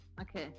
okay